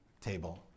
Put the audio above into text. table